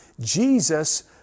Jesus